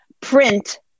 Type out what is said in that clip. print